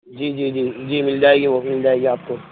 جی جی جی مل جائے گی وہ بھی مل جائے گی آپ کو